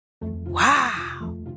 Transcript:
Wow